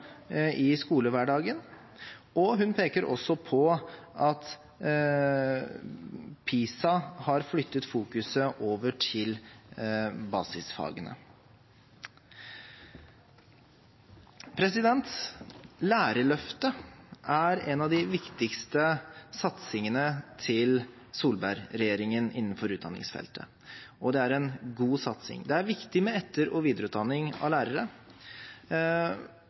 i skolehverdagen, og hun peker også på at PISA har flyttet fokuset over til basisfagene. Lærerløftet er en av de viktigste satsingene til Solberg-regjeringen innenfor utdanningsfeltet, og det er en god satsing. Det er viktig med etter- og videreutdanning av lærere,